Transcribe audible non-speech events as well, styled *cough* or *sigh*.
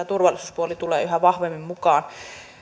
*unintelligible* turvallisuuspuoli tulee yhä vahvemmin mukaan